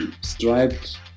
striped